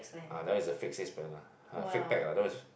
ah that one is a fake six pack lah ah fake pack lah that one is